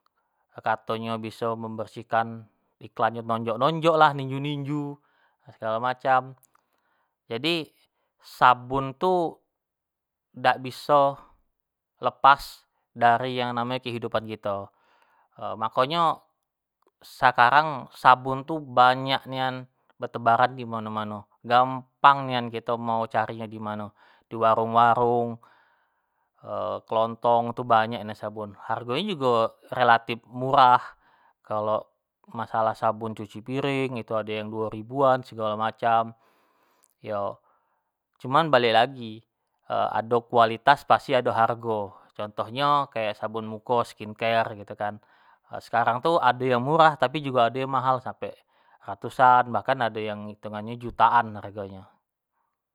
Katonyo biso membersihkan, iklan nyo nonjok-nonjok lah, ninju-ninju segalo macam, jadi sabun tu dak biso lepas dari yang namonyo kehidupan kito, makonyo sekarang sabun tu banyak nian beternaran di mano-mano, gampang nian mau cari nyo dimano, di warung-warung kelontong tu banyak nian sabun, hargo nyo jugo relatif murah, kalo masalah sabun nyuci piring itu ado yang duo ribuan, segalo macam, yo, cuman balek lagi ado kualitas pasti ado hargo contohnyo kayak sabun muko, skin care gitu kan, sekarang tu ado yang murah, tapi jugo ado yang mahal sampek ratusan bahkan ado yang itungan nyo jutaan hargo nyo.